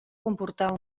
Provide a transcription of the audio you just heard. comportar